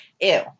Ew